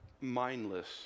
mindless